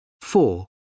Four